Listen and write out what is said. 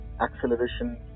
acceleration